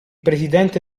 presidente